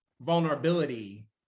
vulnerability